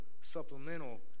supplemental